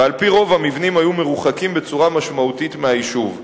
ועל-פי רוב המבנים היו מרוחקים בצורה משמעותית מהיישוב.